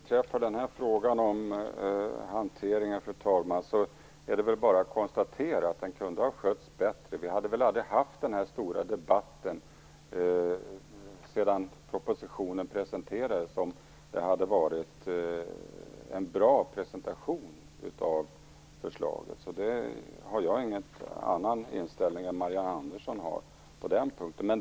Fru talman! Vad beträffar frågan om hanteringen är det bara att konstatera att den kunde ha skötts bättre. Vi hade väl aldrig fått den här stora debatten efter det att propositionen presenterats om det hade gjorts en bra presentation av förslaget. Jag har ingen annan inställning än Marianne Andersson på den punkten.